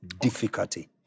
difficulty